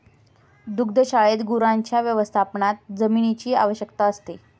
दुग्धशाळेत गुरांच्या व्यवस्थापनात जमिनीची आवश्यकता असते